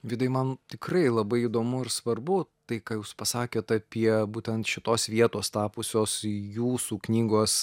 vidai man tikrai labai įdomu ir svarbu tai ką jūs pasakėt apie būtent šitos vietos tapusios jūsų knygos